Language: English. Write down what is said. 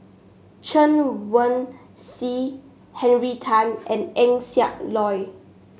Chen Wen Hsi Henry Tan and Eng Siak Loy